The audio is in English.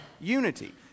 unity